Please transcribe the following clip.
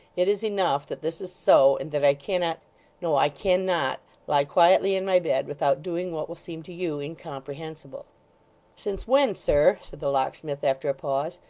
it is enough that this is so, and that i cannot no, i can not lie quietly in my bed, without doing what will seem to you incomprehensible since when, sir said the locksmith after a pause,